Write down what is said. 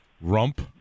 rump